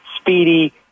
speedy